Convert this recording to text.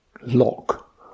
lock